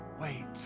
wait